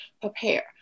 prepare